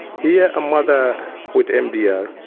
here a mother with mdr